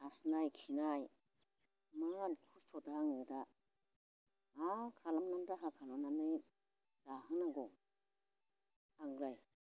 हासुनाय खिनाय इमान खस्थ' दा आङो दा मा खालामनानै राहा खालामनानै जाहोनांगौ आंलाय